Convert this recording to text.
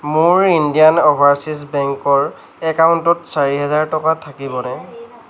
মোৰ Indian Overseas বেংকৰ একাউণ্টত চাৰি হাজাৰ টকা থাকিবনে